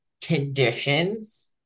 conditions